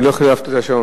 אני לא חייבתי את השעון.